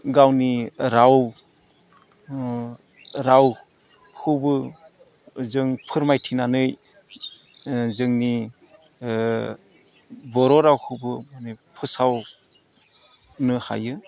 गावनि राव रावखौबो जों फोरमायथिनानै जोंनि बर' रावखौबो फोसावनो हायो